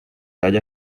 haya